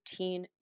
15